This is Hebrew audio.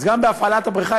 אז גם בהפעלת הבריכה,